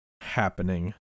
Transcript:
happening